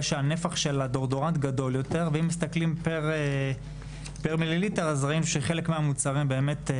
שהנפח של הדאודורנט גדול יותר פר-מיליליטר רואים שבחלק מהמוצרים זה